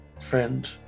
friend